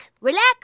relax